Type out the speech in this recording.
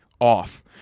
off